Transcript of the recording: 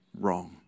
wrong